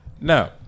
Now